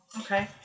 Okay